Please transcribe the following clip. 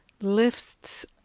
lifts